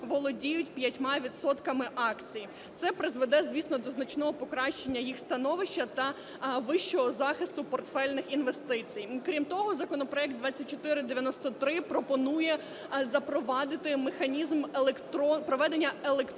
відсотками акцій. Це призведе, звісно, до значного покращення їх становища та вищого захисту портфельних інвестицій. Крім того, законопроект 2493 пропонує запровадити механізм проведення електронних